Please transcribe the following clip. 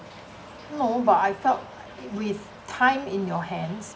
no but I felt with time in your hands